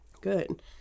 Good